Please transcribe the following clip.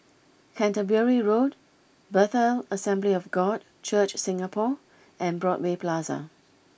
Canterbury Road Bethel Assembly of God Church Singapore and Broadway Plaza